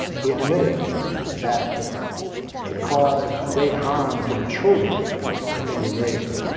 he admitted that it caused great harm to the children that they were raising.